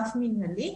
רף מינהלי,